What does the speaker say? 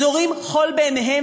זורים חול בעיניהם,